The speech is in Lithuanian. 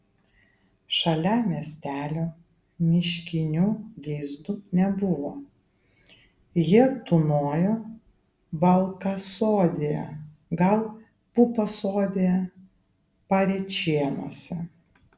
šalia miestelio miškinių lizdų nebuvo jie tūnojo balkasodyje gal pupasodyje parėčėnuose